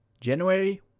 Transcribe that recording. January